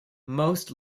most